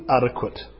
adequate